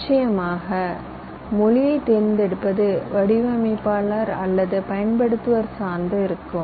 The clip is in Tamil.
நிச்சயமாக மொழியை தேர்ந்தெடுப்பது வடிவமைப்பாளர் அல்லது பயன்படுத்துபவர் சார்ந்து இருக்கும்